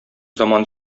заман